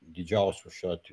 didžiausių šiuo atveju